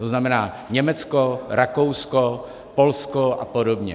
To znamená Německo, Rakousko, Polsko a podobně.